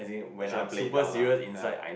it's trying to play it down ah ya